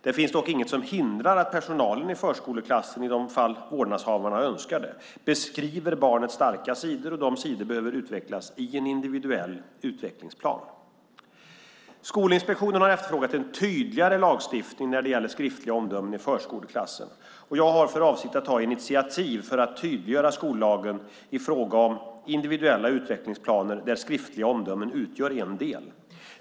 Det finns dock inget som hindrar att personalen i förskoleklassen, i de fall vårdnadshavarna önskar det, beskriver barnets starka sidor och de sidor som behöver utvecklas i en individuell utvecklingsplan. Skolinspektionen har efterfrågat en tydligare lagstiftning när det gäller skriftliga omdömen i förskoleklassen. Jag har för avsikt att ta initiativ för att tydliggöra skollagen i fråga om individuella utvecklingsplaner där skriftliga omdömen utgör en del.